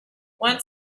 want